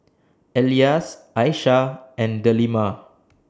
Elyas Aishah and Delima